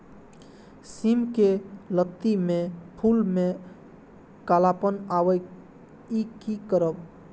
सिम के लत्ती में फुल में कालापन आवे इ कि करब?